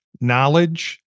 knowledge